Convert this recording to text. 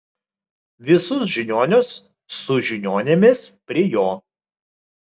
visus žiniuonius su žiniuonėmis prie jo